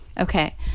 Okay